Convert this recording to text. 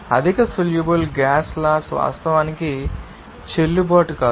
అధిక soluble gases laws వాస్తవానికి చెల్లుబాటు కాదు